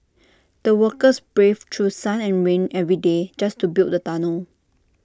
the workers braved through sun and rain every day just to build the tunnel